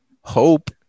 hope